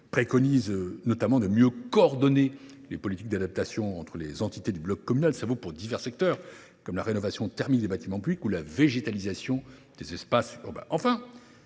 préconise notamment de mieux coordonner les politiques d’adaptation entre les entités du bloc communal. Cela vaut pour divers secteurs, comme la rénovation thermique des bâtiments publics ou la végétalisation des espaces urbains.